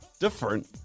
Different